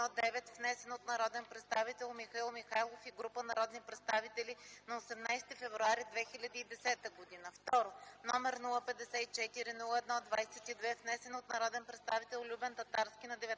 внесен от народния представител Михаил Михайлов и група народни представители на 18 февруари 2010 г.; 2. № 054-01-22, внесен от народния представител Любен Татарски на 19 март